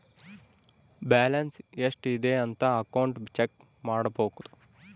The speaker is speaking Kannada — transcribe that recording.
ಬ್ಯಾಲನ್ಸ್ ಎಷ್ಟ್ ಇದೆ ಅಂತ ಅಕೌಂಟ್ ಚೆಕ್ ಮಾಡಬೋದು